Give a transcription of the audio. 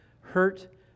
hurt